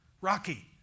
Rocky